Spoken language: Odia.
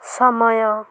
ସମୟ